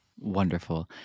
Wonderful